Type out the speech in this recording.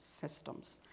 systems